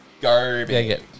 garbage